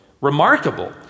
remarkable